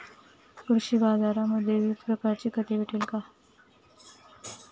कृषी बाजारांमध्ये विविध प्रकारची खते भेटेल का?